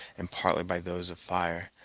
and partly by those of fire.